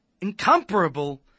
incomparable